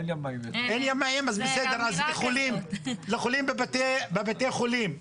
אז לחולים בבתי חולים,